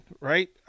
right